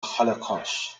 holocaust